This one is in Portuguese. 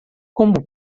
como